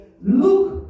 Look